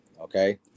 Okay